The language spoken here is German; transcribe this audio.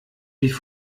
die